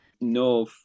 No